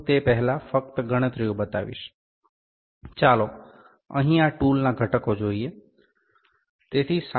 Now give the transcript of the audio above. હું તે પહેલાં ફક્ત ગણતરી ઓ બતાવીશ ચાલો અહીં આ ટૂલ ના ઘટકો જોઈએ